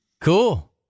Cool